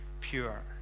pure